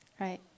Right